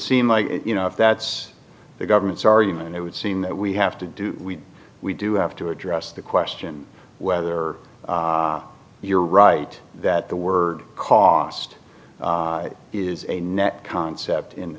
seem like you know if that's the government's argument it would seem that we have to do we we do have to address the question whether you're right that the word cost is a net concept in the